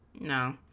No